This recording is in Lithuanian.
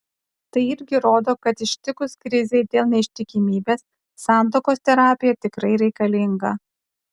tai irgi rodo kad ištikus krizei dėl neištikimybės santuokos terapija tikrai reikalinga